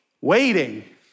waiting